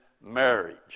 marriage